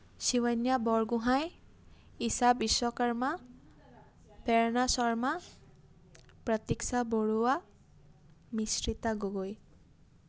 Shivanya Borgohain Isha Vishwakarma Prerna Sharma Pratiksha Baruah Mishrita Gogoi